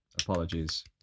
Apologies